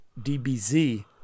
DBZ